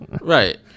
right